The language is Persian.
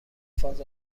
فاز